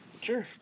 Sure